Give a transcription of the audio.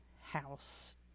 house